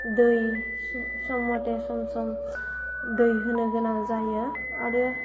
दै सह सम मथे सम सम दै होनो गोनां जायो आरो